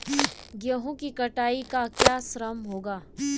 गेहूँ की कटाई का क्या श्रम होगा?